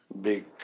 big